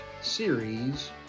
series